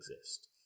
exist